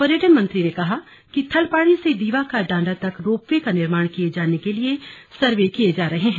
पर्यटन मंत्री ने कहा कि थलपाणी से दीवा का डांडा तक रोपवे का निर्माण किये जाने के लिए सर्वे भी किये जा रहे हैं